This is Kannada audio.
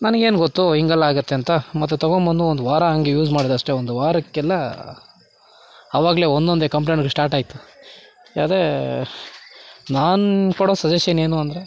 ನನಗೇನು ಗೊತ್ತು ಹಿಂಗೆಲ್ಲ ಆಗತ್ತೆ ಅಂತ ಮತ್ತೆ ತೊಗೊಂಬಂದು ಒಂದು ವಾರ ಹಂಗೆ ಯೂಸ್ ಮಾಡಿದೆ ಅಷ್ಟೆ ಒಂದು ವಾರಕ್ಕೆಲ್ಲ ಆವಾಗಲೇ ಒಂದೊಂದೇ ಕಂಪ್ಲೆಂಟ್ಗ್ಳು ಸ್ಟಾರ್ಟ್ ಆಯಿತು ಅದೇ ನಾನು ಕೊಡೋ ಸಜೆಷನ್ ಏನು ಅಂದರೆ